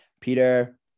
Peter